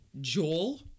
Joel